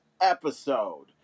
episode